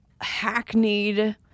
hackneyed